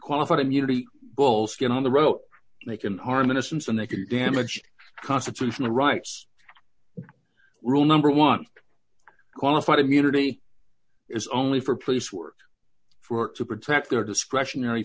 qualified immunity bullshit on the row they can harm innocence and they can damage constitutional rights rule number one qualified immunity is only for police work for to protect their discretionary